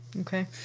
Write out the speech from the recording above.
Okay